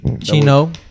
chino